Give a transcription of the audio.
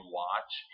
watch